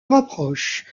rapprochent